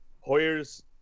Hoyer's